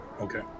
Okay